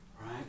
Right